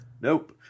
Nope